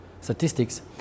statistics